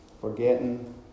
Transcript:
forgetting